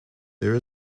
there